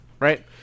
Right